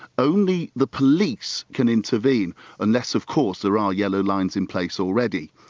only the police can intervene unless of course there are yellow lines in place already.